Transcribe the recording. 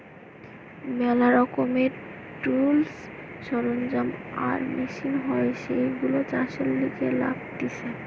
ম্যালা রকমের টুলস, সরঞ্জাম আর মেশিন হয় যেইগুলো চাষের লিগে লাগতিছে